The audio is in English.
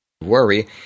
worry